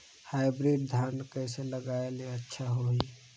Hybrid धान कइसे लगाय ले अच्छा होही?